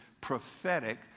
prophetic